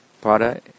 para